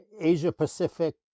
Asia-Pacific